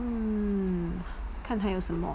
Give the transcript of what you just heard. mm 看看有什么